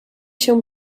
się